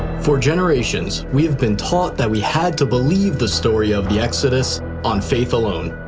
for generations, we have been taught that we had to believe the story of the exodus on faith alone.